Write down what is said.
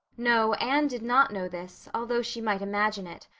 no, anne did not know this, although she might imagine it.